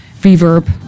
reverb